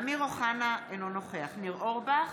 אמיר אוחנה, אינו נוכח ניר אורבך,